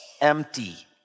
empty